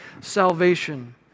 salvation